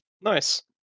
Nice